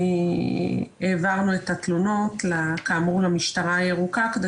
העברנו את התלונות למשטרה הירוקה כדי